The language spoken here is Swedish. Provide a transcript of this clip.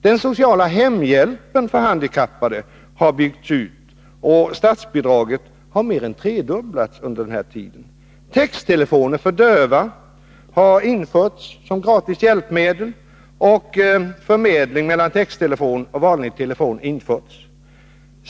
Den sociala hemhjälpen för handikappade har byggts ut, och statsbidraget har mer än tredubblats under denna tid. Texttelefoner för döva har införts som gratis hjälpmedel, och förmedling mellan texttelefon och vanlig telefon har införts.